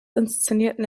inszenierten